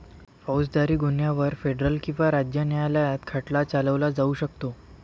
फौजदारी गुन्ह्यांवर फेडरल किंवा राज्य न्यायालयात खटला चालवला जाऊ शकतो